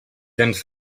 tens